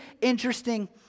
interesting